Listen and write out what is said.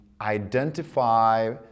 identify